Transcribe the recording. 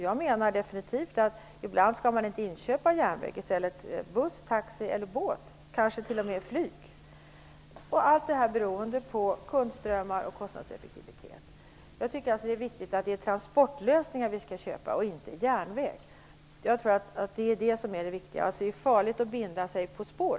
Jag tycker definitivt att man ibland inte skall inköpa järnväg utan i stället buss, taxi, båt eller kanske t.o.m. flyg - beroende på kundströmmar och kostnadseffektivitet. Jag tycker alltså att det är viktigt att det är transportlösningar vi skall köpa, inte järnväg. Det är ju transportlösningarna som är viktiga. Det är farligt att binda sig för spår.